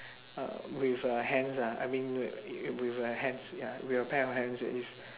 uh with a hands ah I mean wi~ with a hands ya with a pair of hands it is